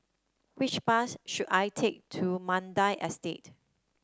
which bus should I take to Mandai Estate